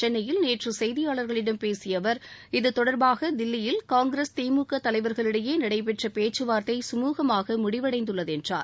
சென்னையில் நேற்று செய்தியாளர்களிடம் பேசிய அவர் இதுதொடர்பாக தில்லியில் காங்கிரஸ் திமுக தலைவர்களிடையே நடைபெற்ற பேச்சுவார்த்தை சுமுகமாக முடிவடைந்துள்ளது என்றார்